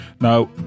now